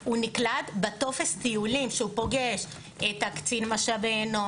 בטופס טיולים כשהוא פוגש את קצין משאבי האנוש,